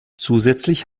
zusätzlich